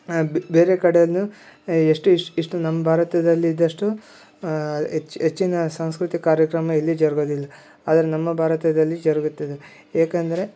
ಬೇರೆ ಕಡೆಯೂ ಎಷ್ಟು ಇಷ್ ಇಷ್ಟು ನಮ್ಮ ಭಾರತದಲ್ಲಿ ಇದ್ದಷ್ಟು ಹೆಚ್ ಹೆಚ್ಚಿನ ಸಾಂಸ್ಕೃತಿಕ ಕಾರ್ಯಕ್ರಮ ಇಲ್ಲಿ ಜರಗೋದಿಲ್ಲ ಆದರೆ ನಮ್ಮ ಭಾರತದಲ್ಲಿ ಜರುಗುತ್ತದೆ ಏಕಂದರೆ